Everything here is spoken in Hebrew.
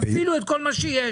תפעילו את כל מה שיש.